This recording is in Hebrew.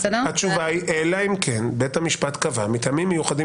התשובה היא אלא אם כן בית המשפט קבע מטעמים מיוחדים